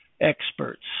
experts